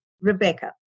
Rebecca